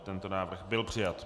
Tento návrh byl přijat.